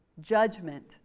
judgment